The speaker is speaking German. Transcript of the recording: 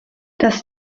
das